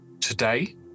today